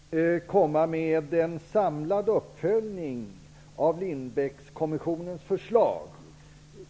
Fru talman! Hur och när ämnar regeringen komma med en samlad uppföljning av Lindbeckkommissionens förslag?